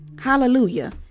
Hallelujah